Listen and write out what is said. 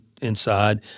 inside